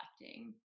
reflecting